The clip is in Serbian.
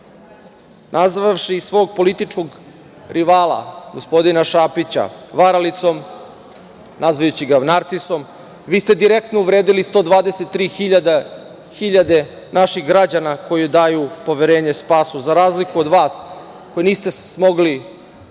nazvavši svog političkog rivala, gospodina Šapića varalicom, nazivajući ga narcisom, vi ste direktno uvredili 123 hiljade naših građana koji daju poverenje SPAS-u za razliku od vas koji niste smogli